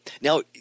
Now